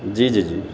جی جی جی